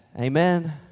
Amen